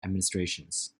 administrations